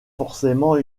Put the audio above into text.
forcément